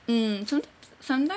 um sometimes sometimes